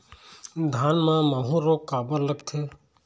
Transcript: धान म माहू रोग काबर लगथे?